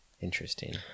Interesting